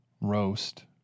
roast